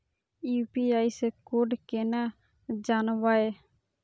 UPI से code केना जानवै?